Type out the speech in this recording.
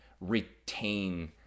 retain